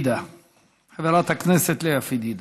חברת הכנסת לאה פדידה.